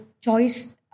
choice